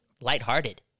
lighthearted